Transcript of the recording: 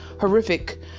horrific